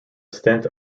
stint